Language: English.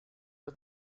are